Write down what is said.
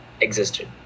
existed